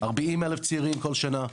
40,000 צעירים כל שנה.